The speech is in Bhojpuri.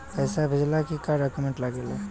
पैसा भेजला के का डॉक्यूमेंट लागेला?